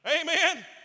Amen